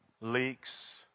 leaks